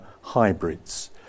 hybrids